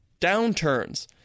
downturns